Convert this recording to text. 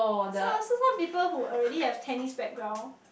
some so some people who already have Chinese background